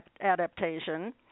adaptation